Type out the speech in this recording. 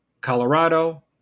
Colorado